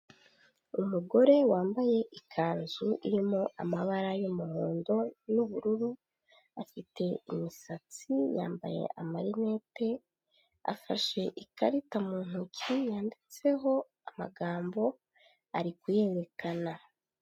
Umugore wambaye ikanzu irimo amabara y'umuhondo n'ubururu afite imisatsi yambaye amarinete, afashe ikarita mu ntoki yanditseho amagambo ari kuyerekana.